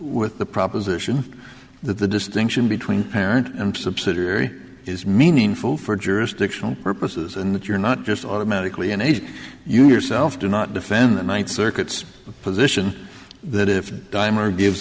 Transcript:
with the proposition that the distinction between parent and subsidiary is meaningful for jurisdictional purposes and that you're not just automatically an age you yourself do not defend the ninth circuit's position that if dimer gives